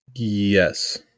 Yes